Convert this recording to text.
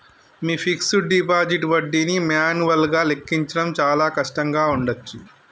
మీ fixed deposit వడ్డీని మాన్యువల్గా లెక్కించడం చాలా కష్టంగా ఉండచ్చు